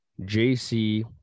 JC